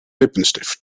lippenstift